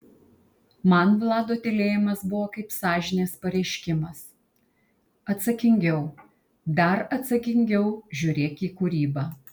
man vlado tylėjimas buvo kaip sąžinės pareiškimas atsakingiau dar atsakingiau žiūrėk į kūrybą